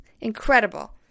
Incredible